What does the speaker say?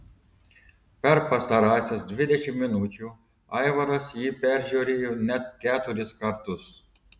per pastarąsias dvidešimt minučių aivaras jį peržiūrėjo net keturis kartus